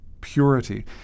purity